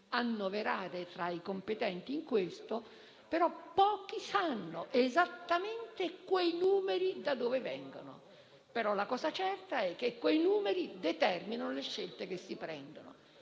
annoverare tra i competenti in questo - sanno esattamente quei numeri da dove vengono. La cosa certa è che quei numeri determinano le scelte che si prendono.